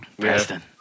Preston